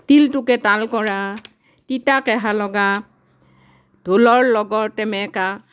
তিলটোকে তাল কৰা তিতা কেঁহা লগা ঢোলৰ লগৰ টেমেকা